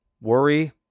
worry